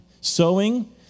Sowing